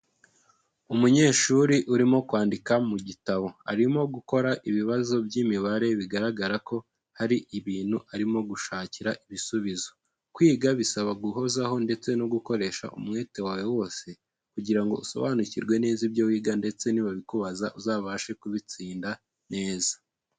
Umunyeshuri urimo kwandika mu gitabo, arimo gukora ibibazo by'imibare bigaragara ko hari ibintu arimo gushakira ibisubizo, kwiga bisaba guhozaho ndetse no gukoresha umwete wawe wose kugira ngo usobanukirwe neza ibyo wiga ndetse nibabikubaza uzabashe kubitsinda neza.